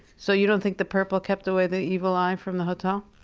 so you don't think the purple kept away the evil eye from the hotel?